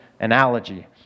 analogy